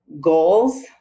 goals